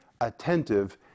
attentive